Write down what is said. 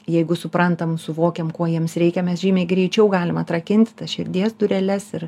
jeigu suprantam suvokiam ko jiems reikia mes žymiai greičiau galim atrakinti tas širdies dureles ir